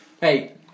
Hey